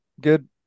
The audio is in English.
good